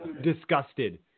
disgusted